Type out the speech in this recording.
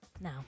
Now